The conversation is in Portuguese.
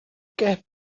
quer